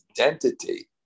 identity